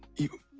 you.